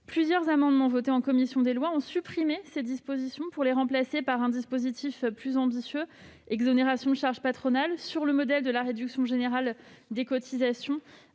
Plusieurs amendements votés en commission des lois ont supprimé ces dispositions pour les remplacer par un dispositif plus ambitieux : l'exonération de charges patronales, sur le modèle de la réduction générale des cotisations